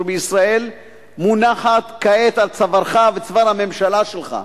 בישראל מונחת כעת על צווארך וצוואר הממשלה שלך.